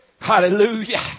Hallelujah